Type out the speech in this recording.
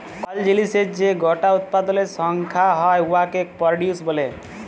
call জিলিসের যে গটা উৎপাদলের সংখ্যা হ্যয় উয়াকে পরডিউস ব্যলে